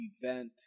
event